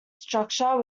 structure